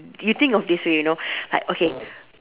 you think of this way you know like okay